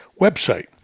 website